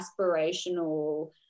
aspirational